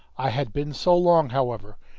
i had been so long, however,